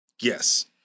Yes